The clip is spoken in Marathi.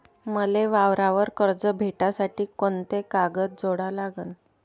मले वावरावर कर्ज भेटासाठी कोंते कागद जोडा लागन?